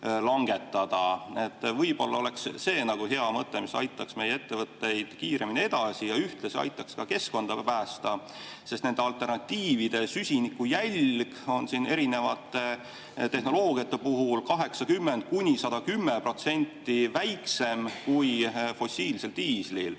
Võib-olla see oleks hea mõte. See aitaks meie ettevõtteid kiiremini edasi ja ühtlasi aitaks keskkonda päästa, sest nende alternatiivide süsinikujälg on eri tehnoloogiate puhul 80–110% väiksem kui fossiilsel diislil.